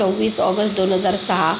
चौवीस ऑगस्ट दोन हजार सहा